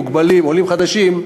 מוגבלים ועולים חדשים,